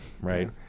Right